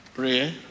prayer